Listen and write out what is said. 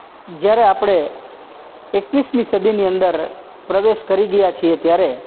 જ્યારે આપણે એકવીસમી સદીની અંદર પ્રવેશ કરી ગયા છીએ ત્યારે